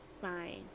fine